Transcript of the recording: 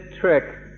trick